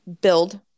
build